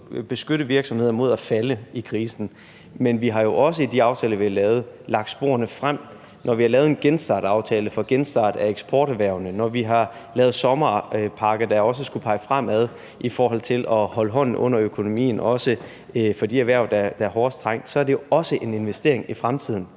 beskytte virksomheder mod at falde i krisen. Men vi har jo også i de aftaler, vi har lavet, lagt sporene frem. Når vi har lavet en genstartaftale for genstart af eksporterhvervene, når vi har lavet en sommerpakke, der også skulle pege fremad i forhold til at holde hånden under økonomien for de erhverv, der er hårdest trængt, så er det jo også en investering i fremtiden.